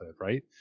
Right